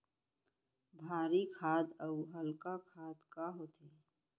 भारी खाद अऊ हल्का खाद का होथे?